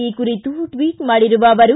ಈ ಕುರಿತು ಟ್ಟಿಟ್ ಮಾಡಿರುವ ಅವರು